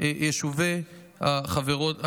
יישובי החברות הללו.